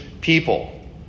people